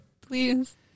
please